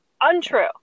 Untrue